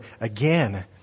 again